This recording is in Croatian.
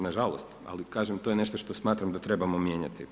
Nažalost, ali kažem to je nešto što smatram da trebamo mijenjati.